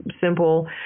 simple